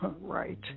right